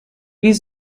wie